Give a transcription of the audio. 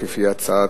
כפי שהציע השר.